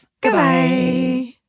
Goodbye